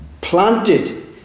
Planted